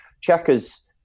checkers